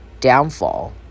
downfall